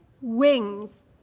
wings